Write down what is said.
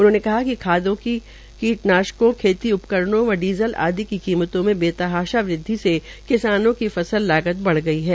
उन्होंने कहा कि खादों कीटनाशकों को खेती उपकरणों व डीज़ल आदि की कीमतों मे बेहताशा वृद्वि से किसानों की फसल लागत बढ़ गई है